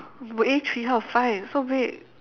A three how to find so big